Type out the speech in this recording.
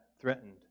threatened